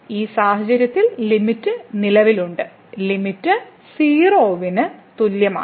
ഈ സാഹചര്യത്തിൽ ലിമിറ്റ് നിലവിലുണ്ട് ലിമിറ്റ് 0 ന് തുല്യമാണ്